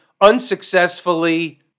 unsuccessfully